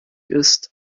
ist